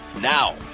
now